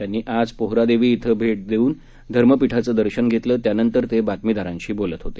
त्यांनी आज पोहरादेवी श्वं भेट देऊन धर्म पिठाचं दर्शन घेतलं त्यानंतर ते बातमीदारांशी बोलत होते